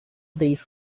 days